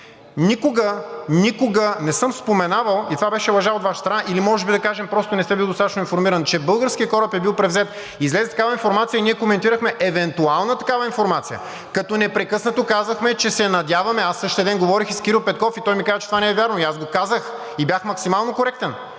Никога, никога не съм споменавал и беше лъжа от Ваша страна или може би просто не сте били достатъчно информиран, че българският кораб е бил превзет. Излезе такава информация и ние коментирахме евентуална такава информация, като непрекъснато казвахме, че се надяваме. В същия ден говорих и с Кирил Петков, той ми каза, че това не е вярно, аз Ви казах и бях максимално коректен.